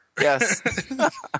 Yes